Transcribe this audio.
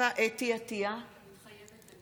(קוראת בשם